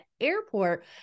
airport